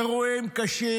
אירועים קשים.